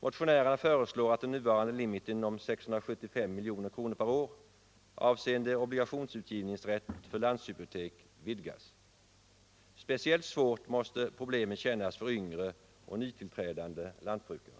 Motionärerna föreslår alt den nuvarande limiten om 675 milj.kr. per år avseende obligationsutgivningsrätt för landshypotck vidgas. Speciellt svåra måste problemen kännas för yngre och nytillträdande lantbrukare.